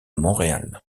montréal